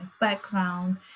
background